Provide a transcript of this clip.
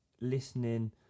listening